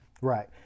Right